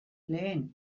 lehen